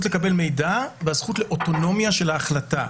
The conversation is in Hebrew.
לקבל מידע והזכות לאוטונומיה של ההחלטה.